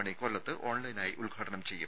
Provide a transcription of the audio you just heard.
മണി കൊല്ലത്ത് ഓൺലൈനായി ഉദ്ഘാടനം ചെയ്യും